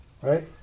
Right